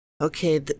Okay